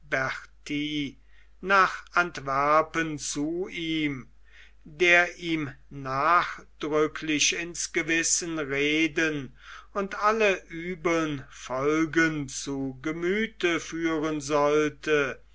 nach antwerpen zu ihm der ihm nachdrücklich ins gewissen reden und alle übeln folgen zu gemüthe führen sollte